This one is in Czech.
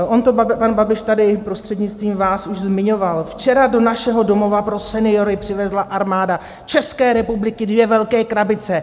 On to pan Babiš tady prostřednictvím vás už zmiňoval: Včera do našeho domova pro seniory přivezla Armáda České republiky dvě velké krabice.